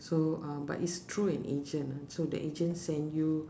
so um but it's through an agent so the agent send you